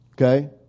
Okay